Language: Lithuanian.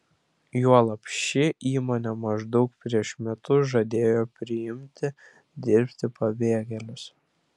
juolab ši įmonė maždaug prieš metus žadėjo priimti dirbti pabėgėlius